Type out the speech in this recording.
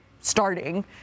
starting